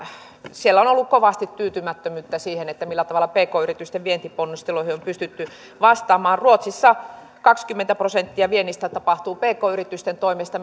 siellä on ollut kovasti tyytymättömyyttä siihen millä tavalla pk yritysten vientiponnisteluihin on on pystytty vastaamaan ruotsissa kaksikymmentä prosenttia viennistä tapahtuu pk yritysten toimesta